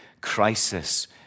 crisis